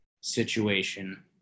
situation